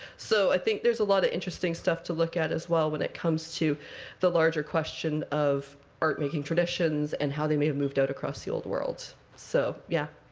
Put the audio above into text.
so i think there's a lot of interesting stuff to look at, as well, when it comes to the larger question of art-making traditions, and how they may have moved out across the old world. so yeah.